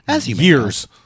Years